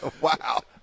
Wow